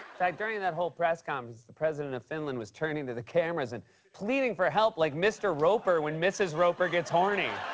fact, during that whole press conference, the president of finland was turning to the cameras and pleading for help like mr. roper when mrs. roper gets horny.